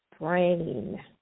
brain